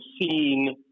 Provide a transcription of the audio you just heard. seen